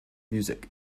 music